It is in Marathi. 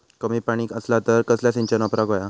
कमी पाणी असला तर कसला सिंचन वापराक होया?